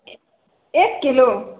एक किलो